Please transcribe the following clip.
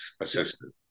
assistant